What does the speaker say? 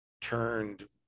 turned